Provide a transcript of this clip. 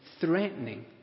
threatening